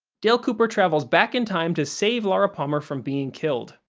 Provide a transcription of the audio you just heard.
dale cooper travels back in time to save laura palmer from being killed,